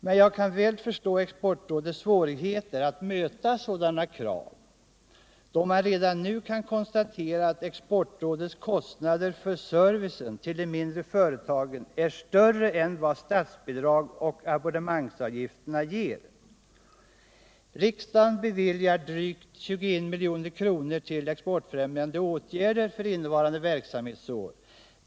Men jag kan väl förstå Exportrådets svårigheter att möta sådana krav, då man redan nu kan konstatera att dess kostnader för servicen till de mindre företagen är större än vad statsbidrag och abonnemangsavgifter ger. Riksdagen beviljar drygt 21 milj.kr. till exportfrämjande åtgärder för innevarande verksamhetsår.